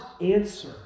answer